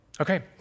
Okay